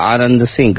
Anand Singh